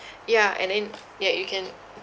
ya and then ya you can